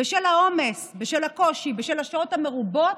בשל העומס, בשל הקושי, בשל השעות המרובות,